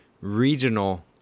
regional